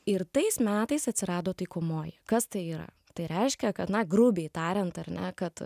ir tais metais atsirado taikomoji kas tai yra tai reiškia kad na grubiai tariant ar ne kad